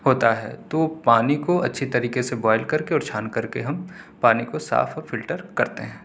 ہوتا ہے تو پانی کو اچھی طریقے سے بوائل کرکے اور چھان کرکے ہم پانی کو صاف فلٹر کرتے ہیں